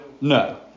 No